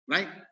Right